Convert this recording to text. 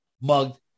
mugged